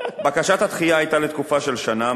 בקשת הדחייה היתה לתקופה של שנה,